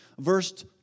Verse